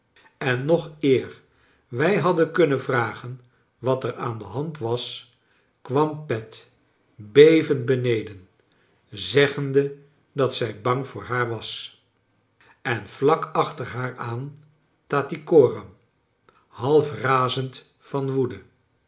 en nog eer wij hadden kunnen vragen wat er aan de hand was kwam pet bevend beneden zeggende dat zij bang voor haar was en vlak achter haar aan tattcyoram half razend van woede